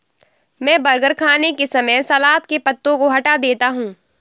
मैं बर्गर खाने के समय सलाद के पत्तों को हटा देता हूं